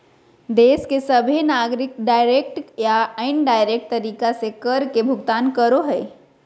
देश के सभहे नागरिक डायरेक्ट या इनडायरेक्ट तरीका से कर के भुगतान करो हय